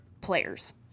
players